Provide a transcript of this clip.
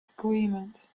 agreement